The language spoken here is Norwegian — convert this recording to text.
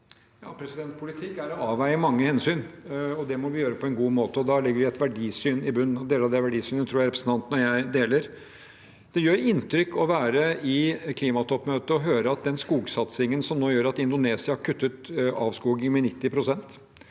Politikk er å avveie mange hensyn. Det må vi gjøre på en god måte. Da legger vi et verdisyn i bunnen, og deler av det verdisynet tror jeg representanten og jeg deler. Det gjør inntrykk å være på klimatoppmøtet og høre at skogsatsingen nå gjør at Indonesia har kuttet avskoging med 90 pst.